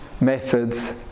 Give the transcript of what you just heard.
methods